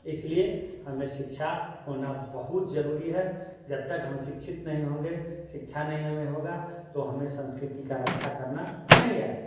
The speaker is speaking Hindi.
इसलिए हमें शिक्षा होना बहुत जरुरी है जब तक हम शिक्षित नहीं होंगे शिक्षा नहीं हमें होगा तो हमें संस्कृति का रक्षा करने नहीं आएगा